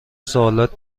سوالات